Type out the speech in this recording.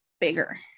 bigger